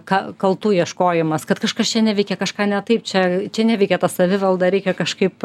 ka kaltų ieškojimas kad kažkas čia neveikia kažką ne taip čia čia neveikia ta savivalda reikia kažkaip